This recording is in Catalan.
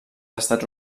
estats